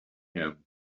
him